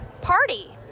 party